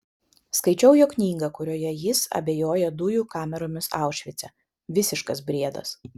skaičiau jo knygą kurioje jis abejoja dujų kameromis aušvice visiškas briedas